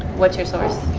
what's your source?